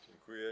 Dziękuję.